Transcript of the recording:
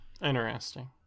Interesting